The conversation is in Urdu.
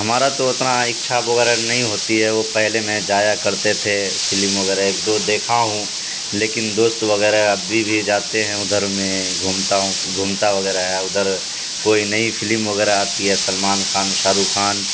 ہمارا تو اتنا اچھا وغیرہ نہیں ہوتی ہے وہ پہلے میں جایا کرتے تھے فلم وغیرہ ایک دو دیکھا ہوں لیکن دوست وغیرہ اب بھی جاتے ہیں ادھر میں گھومتا ہوں گھومتا وغیرہ ہے ادھر کوئی نئی فلم وغیرہ آتی ہے سلمان خان شاہ رخ خان